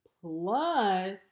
plus